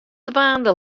dwaande